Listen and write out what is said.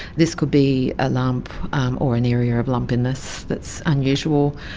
this could be a lump or an area of lumpiness that's unusual,